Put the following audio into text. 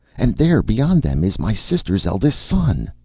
and there beyond them is my sister's eldest son!